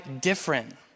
different